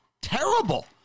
terrible